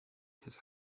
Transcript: his